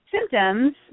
symptoms